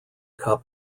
cup